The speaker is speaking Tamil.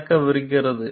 நடக்கவிருக்கிறது